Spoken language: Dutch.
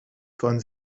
van